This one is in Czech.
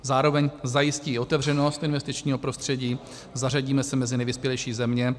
Zároveň zajistí i otevřenost investičního prostředí, zařadíme se mezi nevyspělejší země.